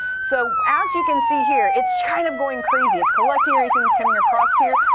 so as you can see here it's kind of going crazy. it's collecting anything that's coming across here.